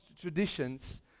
traditions